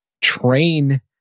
train